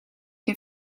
can